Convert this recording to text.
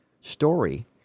story